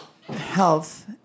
health